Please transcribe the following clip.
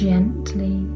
Gently